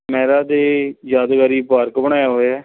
ਮਹਿਰਾ ਦੀ ਯਾਦਗਾਰੀ ਪਾਰਕ ਬਣਾਇਆ ਹੋਇਆ